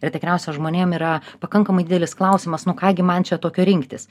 ir tikriausia žmonėm yra pakankamai didelis klausimas nu ką gi man čia tokio rinktis